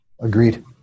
Agreed